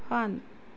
on